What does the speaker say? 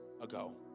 ago